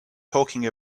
talking